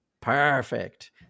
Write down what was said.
perfect